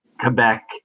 Quebec